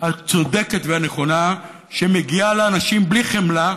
הצודקת והנכונה שמגיעה לאנשים, בלי חמלה,